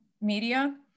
media